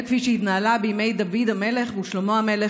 כפי שהתנהלה בימי דוד המלך ושלמה המלך,